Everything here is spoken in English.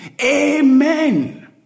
Amen